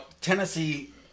Tennessee